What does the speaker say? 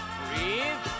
breathe